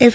F